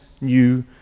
new